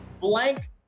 blank